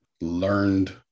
learned